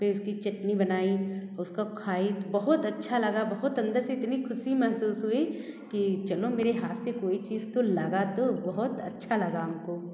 फिर उसकी चटनी बनाई उसको खाई बहुत अच्छा लगा बहुत अंदर से इतनी खुशी महसूस हुई कि चलो मेरे हाथ से कोई चीज तो लगा तो बहुत अच्छा लगा हमको